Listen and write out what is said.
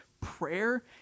prayer